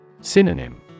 Synonym